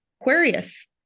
Aquarius